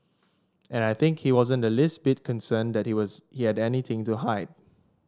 and I think he wasn't the least bit concerned that he was he had anything to hide